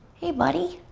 hey buddy.